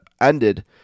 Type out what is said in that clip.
ended